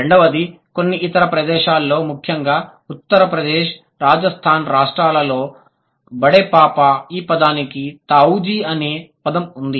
రెండవది కొన్ని ఇతర ప్రదేశాల్లో ముఖ్యంగా ఉత్తర ప్రదేశ్ రాజస్థాన్ రాష్ట్రాలలో బడే పాపా ఈ పదానికి తావూజీ అనే పదం ఉంది